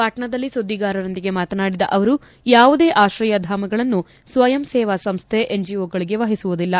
ಪಾಟ್ನಾದಲ್ಲಿ ಸುದ್ಗಿಗಾರರೊಂದಿಗೆ ಮಾತನಾಡಿದ ಅವರು ಯಾವುದೇ ಆಶ್ರಯಧಾಮಗಳನ್ನು ಸ್ವಯಂ ಸೇವಾ ಸಂಸ್ಥೆ ಎನ್ಜಓಗಳಿಗೆ ವಹಿಸುವುದಿಲ್ಲ